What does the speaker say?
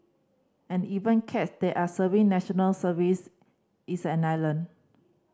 and even cats they are serving National Service its an island